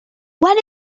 when